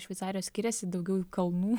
šveicarijos skiriasi daugiau kalnų